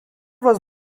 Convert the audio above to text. was